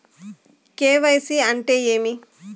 KYC అంటే ఏమి?